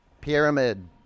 pyramid